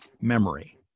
memory